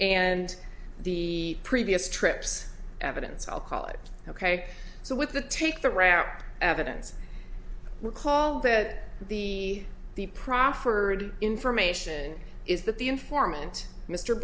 and the previous trips evidence i'll call it ok so with the take the route evidence recall that the the proffered information is that the informant mr